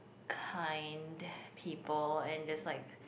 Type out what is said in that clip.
kind people and just like